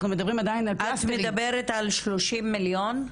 את מדברת על ה-30 מיליון?